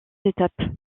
étapes